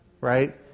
Right